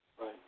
Right